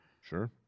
Sure